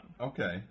Okay